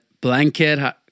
blanket